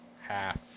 half